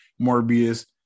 morbius